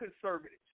conservatives